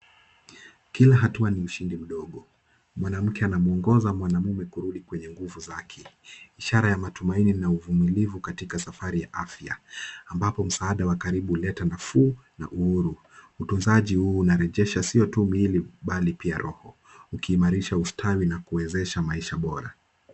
Kila hatua ni ushindi mdogo, mwanamke anamwongoza mwanaume kurudi kwenye nguvu zake. Ishara ya matumaini na uvumilivu katika safari ya afya ambapo msaada wa karibu huleta nafuu na uhuru, utunzaji huu unarejesha siyo tu mwili bali pia roho. Ukimarisha ustawi na kuwezesha maisha bora.